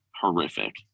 horrific